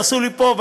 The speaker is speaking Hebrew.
ועשו לי פה,